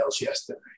yesterday